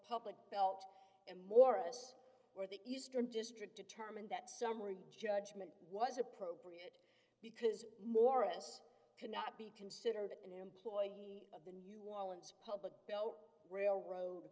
public belt and morris where the eastern district determined that summary judgment was appropriate because morris cannot be considered an employee of a new orleans public belo railroad